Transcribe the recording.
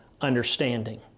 understanding